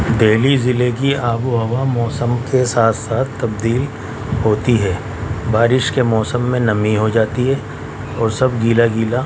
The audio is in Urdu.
دہلی ضلع کی آب و ہوا موسم کے ساتھ ساتھ تبدیل ہوتی ہے بارش کے موسم میں نمی ہو جاتی ہے اور سب گیلا گیلا